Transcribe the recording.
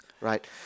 Right